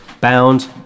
bound